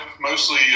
mostly